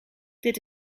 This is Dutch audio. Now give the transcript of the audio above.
dit